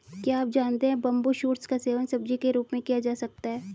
क्या आप जानते है बम्बू शूट्स का सेवन सब्जी के रूप में किया जा सकता है?